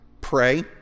pray